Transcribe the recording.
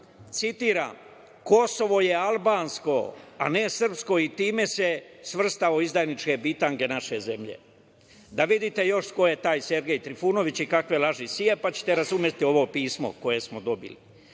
citiram: „Kosovo je albansko, a ne srpsko“ i time se svrstao u izdajničke bitange naše zemlje. Da vidite još ko je taj Sergej Trifunović i kakve laži seje, pa ćete razumeti ovo pismo koje smo dobili.